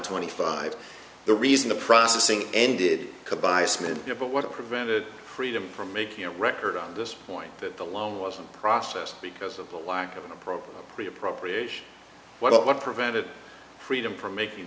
twenty five the reason the processing ended by smith but what prevented freedom from making a record on this point that the law wasn't process because of the lack of appropriate appropriation what prevented freedom from making